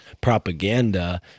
propaganda